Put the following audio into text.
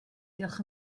diolch